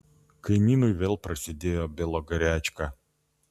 kaimynui vėl prasidėjo belogarečka